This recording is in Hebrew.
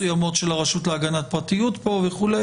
אני יודע שיש הסתייגויות מסוימות של הרשות להגנת הפרטיות פה וכולי,